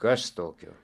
kas tokio